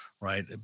right